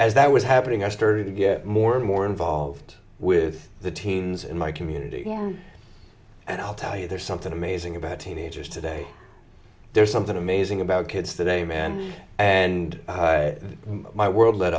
as that was happening i started to get more and more involved with the teams in my community and i'll tell you there's something amazing about teenagers today there's something amazing about kids today man and my world l